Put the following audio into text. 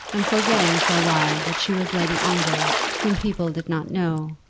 and forgetting for a while that she was lady ongar whom people did not know,